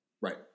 Right